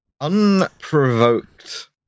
Unprovoked